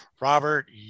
Robert